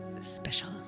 special